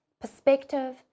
perspective